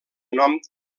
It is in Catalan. nom